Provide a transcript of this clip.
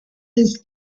his